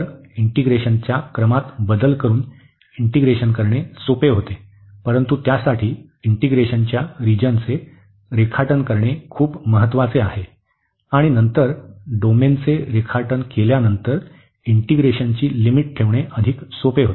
तर इंटीग्रेशनाच्या क्रमात बदल करून इंटीग्रेशन करणे सोपे होते परंतु त्यासाठी इंटीग्रेशनच्या रिजनचे रेखाटन करणे खूप महत्वाचे आहे आणि नंतर डोमेनचे रेखाटन केल्यानंतर इंटीग्रेशनची लिमिट ठेवणे अधिक सोपे होते